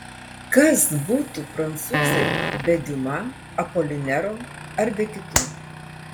kas būtų prancūzai be diuma apolinero ar be kitų